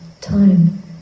time